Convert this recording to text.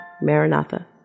Maranatha